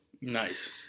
Nice